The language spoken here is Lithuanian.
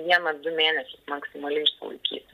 vieną du mėnesius maksimaliai išsilaikysim